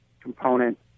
component